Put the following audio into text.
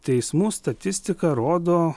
teismų statistika rodo